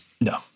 no